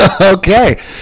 Okay